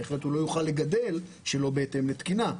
כי אחרת הוא לא יוכל לגדל שלא בהתאם לתקינה.